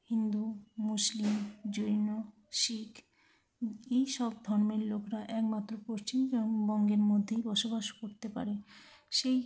হিন্দু মুসলিম জৈন শিখ এই সব ধর্মের লোকরা একমাত্র পশ্চিমবঙ্গের মধ্যেই বসবাস করতে পারে সেই